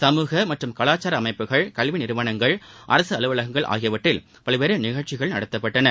சமூக மற்றும் கவாச்சார அமைப்புகள் கல்வி நிறுவனங்கள் அரசு அலுவலகங்கள் ஆகியவற்றில் பல்வேறு நிகழ்ச்சிகள் நடத்தப்பட்டன